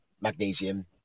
Magnesium